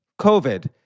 COVID